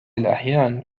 الأحيان